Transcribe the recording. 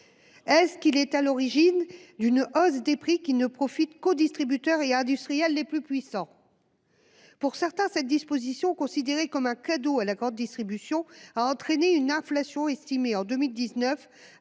Est-ce qu'il est à l'origine d'une hausse des prix qui ne profite qu'aux distributeurs et industriels les plus puissants ? Pour certains, cette disposition considérée comme un cadeau à la grande distribution a entraîné une inflation estimée en 2019